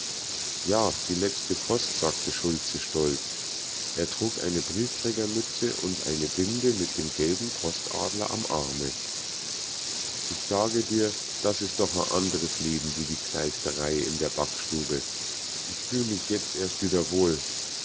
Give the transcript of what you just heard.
ja die letzte post sagte schulze stolz er trug eine briefträgermütze und eine binde mit dem gelben postadler am arme ich sage dir das is doch a andres leben wie die kleisterei in der backstube ich fühl mich jetzt erst wieder wohl